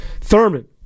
Thurman